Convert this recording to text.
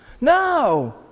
No